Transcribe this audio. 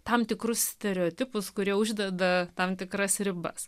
tam tikrus stereotipus kurie uždeda tam tikras ribas